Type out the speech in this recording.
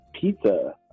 Pizza